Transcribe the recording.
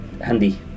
handy